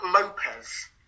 Lopez